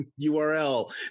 URL